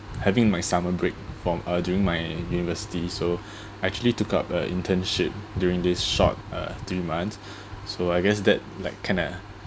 having my summer break from uh during my university so I actually took up a internship during this short uh three months so I guess that like kind of